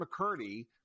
McCurdy